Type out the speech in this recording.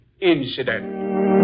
incident